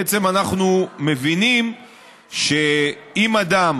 בעצם אנחנו מבינים שאם אדם